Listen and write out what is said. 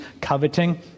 coveting